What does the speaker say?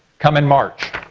come in march.